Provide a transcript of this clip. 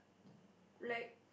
like